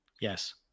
Yes